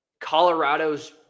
Colorado's